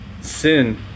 Sin